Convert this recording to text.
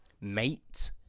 Mate